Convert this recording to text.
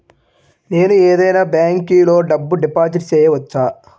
నేను ఏదైనా బ్యాంక్లో డబ్బు డిపాజిట్ చేయవచ్చా?